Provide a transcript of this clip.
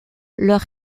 leur